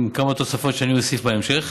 עם כמה תוספות שאני אוסיף בהמשך: